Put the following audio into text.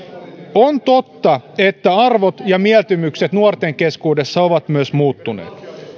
on totta että myös arvot ja mieltymykset nuorten keskuudessa ovat muuttuneet